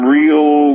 real